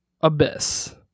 abyss